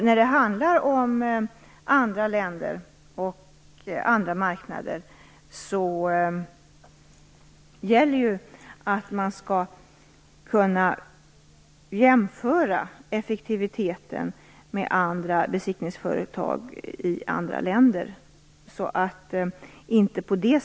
När det gäller andra länder och andra marknader skall man kunna jämföra effektiviteten hos besiktningsföretag i olika länder.